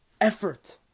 effort